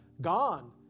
gone